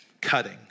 cutting